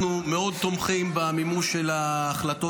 אנחנו מאוד תומכים במימוש של החלטות